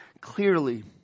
clearly